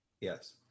Yes